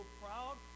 proud